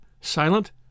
silent